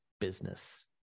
business